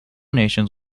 nations